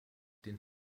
den